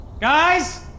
Guys